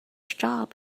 job